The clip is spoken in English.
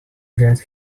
get